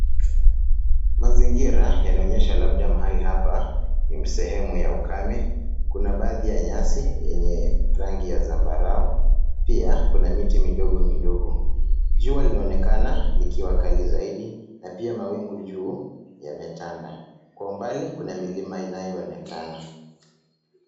Mazingira yanaonyesha labda mahali hapa ni sehemu ya ukame, kuna sehemu ya nyasi yenye rangi ya zambarau. Pia kuna miti midogo midogo. Jua linaonekana likiwa kali zaidi na pia mawingi juu yametanda, kwa umbali kuna milima inayoonekana.